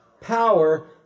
power